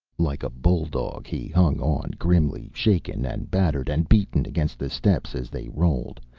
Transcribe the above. like a bulldog he hung on grimly, shaken and battered and beaten against the steps as they rolled,